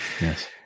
Yes